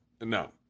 No